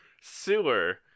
sewer